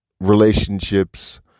relationships